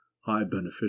high-beneficial